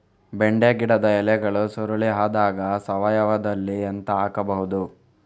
ಬೆಂಡೆ ಗಿಡದ ಎಲೆಗಳು ಸುರುಳಿ ಆದಾಗ ಸಾವಯವದಲ್ಲಿ ಎಂತ ಹಾಕಬಹುದು?